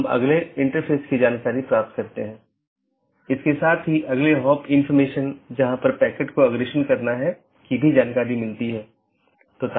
दूसरे अर्थ में जब मैं BGP डिवाइस को कॉन्फ़िगर कर रहा हूं मैं उस पॉलिसी को BGP में एम्बेड कर रहा हूं